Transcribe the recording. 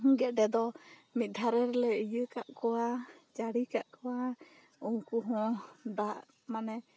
ᱜᱮᱫᱮ ᱫᱚ ᱢᱤᱫ ᱫᱷᱟᱨᱮ ᱨᱮᱞᱮ ᱤᱭᱟᱹ ᱠᱟᱜ ᱠᱚᱣᱟ ᱪᱟᱹᱲᱤ ᱠᱟᱜ ᱠᱚᱣᱟ ᱩᱱ ᱠᱩ ᱦᱚ ᱫᱟᱜ ᱢᱟᱱᱮ